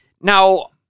now